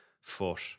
foot